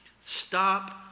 Stop